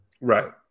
Right